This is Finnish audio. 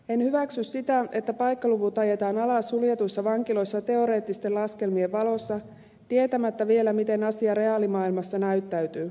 en hyväksy sitä että paikkaluvut ajetaan alas suljetuissa vankiloissa teoreettisten laskelmien valossa tietämättä vielä miten asia reaalimaailmassa näyttäytyy